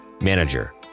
Manager